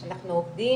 אנחנו עובדים